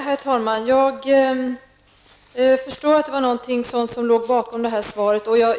Herr talman! Jag förstår att det var något sådant som låg bakom svaret.